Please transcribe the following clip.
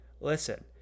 listen